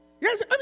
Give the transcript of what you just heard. Yes